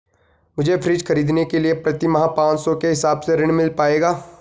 मुझे फ्रीज खरीदने के लिए प्रति माह पाँच सौ के हिसाब से ऋण मिल पाएगा?